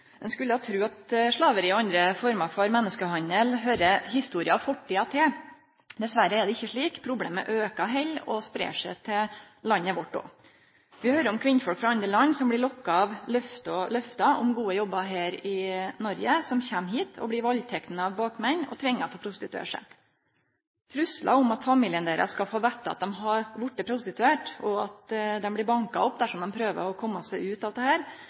Ein skulle tru at slaveri og andre former for menneskehandel høyrde historia og fortida til. Dessverre er det ikkje slik. Problemet aukar heller og spreier seg til landet vårt også. Vi høyrer om kvinner frå andre land som blir lokka av løfte om gode jobbar her i Noreg, som kjem hit og blir valdtekne av bakmenn og tvinga til å prostituere seg. Truslar om at familien deira skal få vite at dei har vorte prostituerte, og bli banka opp dersom dei prøver å komme seg ut av dette, gjer undertrykkinga og tapet av fridom fullstendig. Det